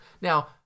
Now